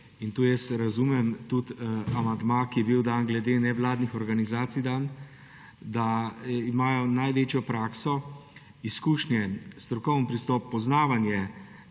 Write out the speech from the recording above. in tu jaz razumem tudi amandma, ki je bil dan glede nevladnih organizacij, da imajo največjo prakso, izkušnje, strokoven pristop, poznavanje,